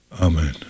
Amen